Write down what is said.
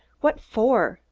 what for?